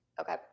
Okay